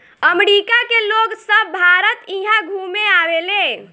अमरिका के लोग सभ भारत इहा घुमे आवेले